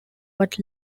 but